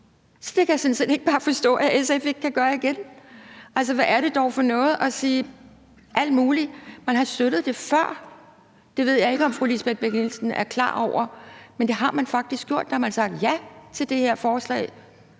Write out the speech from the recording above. Så det kan jeg sådan set ikke forstå at SF ikke bare kan gøre igen. Altså, hvad er det dog for noget at sige! Man har støttet det før. Det ved jeg ikke om fru Lisbeth Bech-Nielsen er klar over, men det har man faktisk gjort. Man har sagt ja til et lignende forslag,